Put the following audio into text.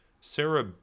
Sarah